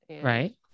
Right